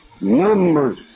Numbers